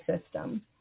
system